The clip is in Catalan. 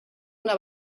una